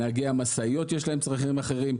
לנהגי המשאיות צרכים אחרים.